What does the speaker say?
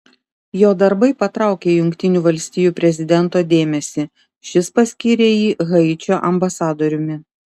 jo darbai patraukė jungtinių valstijų prezidento dėmesį šis paskyrė jį haičio ambasadoriumi